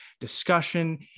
discussion